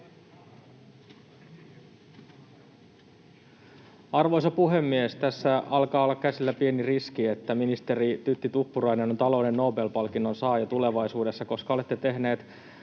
Arvoisa puhemies! Tässä alkaa olla käsillä pieni riski, että ministeri Tytti Tuppurainen on talouden Nobel-palkinnon saaja tulevaisuudessa, koska olette tehnyt